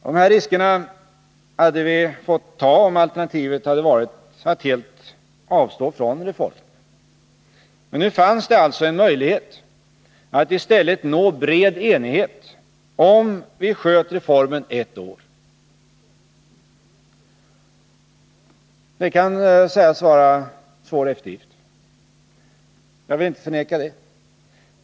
De riskerna hade vi fått ta om alternativet hade varit att helt avstå från Nr 131 reformen. Men nu fanns det alltså en möjlighet att i stället nå bred enighet, om vi uppsköt reformen ett år. Det kan sägas vara en svår eftergift — jag vill inte förneka det.